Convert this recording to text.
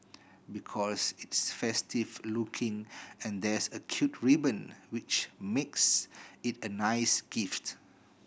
because it's festive looking and there's a cute ribbon which makes it a nice gift